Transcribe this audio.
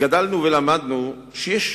גדלנו ולמדנו שיש